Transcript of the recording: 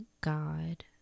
god